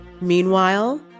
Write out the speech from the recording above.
Meanwhile